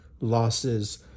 Losses